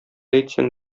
әйтсәң